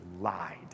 lied